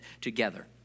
together